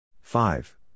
five